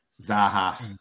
Zaha